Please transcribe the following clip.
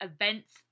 events